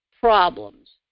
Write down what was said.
Problems